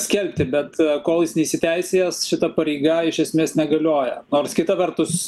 skelbti bet kol jis neįsiteisėjęs šita pareiga iš esmės negalioja nors kita vertus